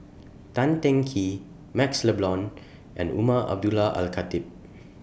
Tan Teng Kee MaxLe Blond and Umar Abdullah Al Khatib